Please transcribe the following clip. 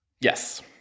Yes